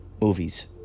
movies